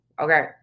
Okay